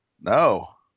No